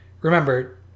remember